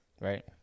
right